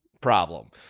problem